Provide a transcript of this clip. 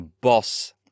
boss